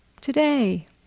today